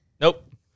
Nope